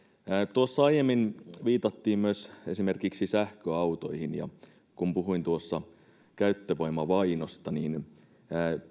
tuossa aiemmin viitattiin myös esimerkiksi sähköautoihin kun puhuin tuossa käyttövoimavainosta niin